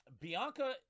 Bianca